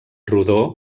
rodó